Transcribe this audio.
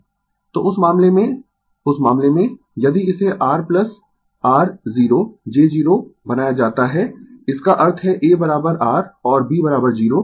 तो उस मामले में उस मामले में यदि इसे R r 0j 0 बनाया जाता है इसका अर्थ है a R और b 0